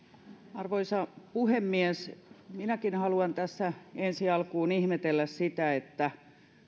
arvoisa puhemies minäkin haluan tässä ensi alkuun ihmetellä sitä että